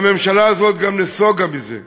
והממשלה הזאת גם נסוגה מזה.